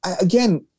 again